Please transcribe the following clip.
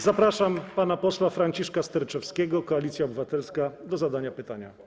Zapraszam pana Franciszka Sterczewskiego, Koalicja Obywatelska, do zadania pytania.